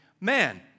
man